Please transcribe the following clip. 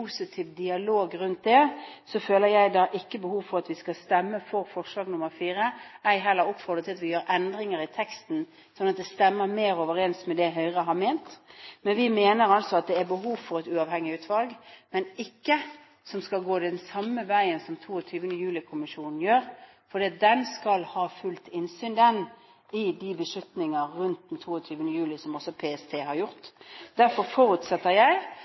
positiv dialog rundt det, føler jeg ikke behov for å stemme for forslag nr. 4, ei heller oppfordre til at vi gjør endringer i teksten sånn at det stemmer mer overens med det Høyre har ment. Vi mener altså at det er behov for et uavhengig utvalg, men det skal ikke gå den samme veien som 22. juli-kommisjonen gjør, for den skal ha fullt innsyn i de beslutninger rundt 22. juli som også PST har gjort. Derfor forutsetter